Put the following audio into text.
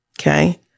Okay